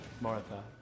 Martha